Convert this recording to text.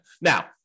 Now